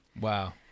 Wow